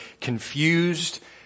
confused